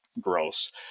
gross